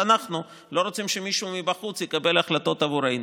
לא רוצים שמישהו מבחוץ יקבל החלטות עבורנו.